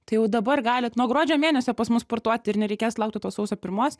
tai jau dabar galit nuo gruodžio mėnesio pas mus sportuoti ir nereikės laukti tos sausio pirmos